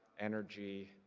energy,